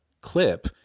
clip